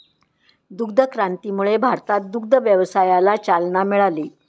दुग्ध क्रांतीमुळे भारतात दुग्ध व्यवसायाला चालना मिळाली